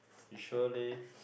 you sure leh